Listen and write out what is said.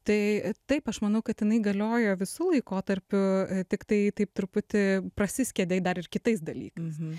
tai taip aš manau kad jinai galiojo visu laikotarpiu tiktai taip truputį prasiskiedė dar ir kitais dalykais